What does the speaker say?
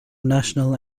national